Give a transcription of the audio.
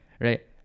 right